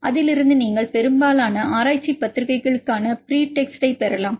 அதிலிருந்து நீங்கள் பெரும்பாலான ஆராய்ச்சி பத்திரிகைகளுக்கான ப்ரீ டெக்ஸ்ட் பெறலாம்